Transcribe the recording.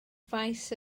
faes